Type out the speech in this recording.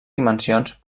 dimensions